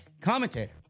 commentator